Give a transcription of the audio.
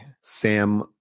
Sam